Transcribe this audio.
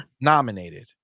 nominated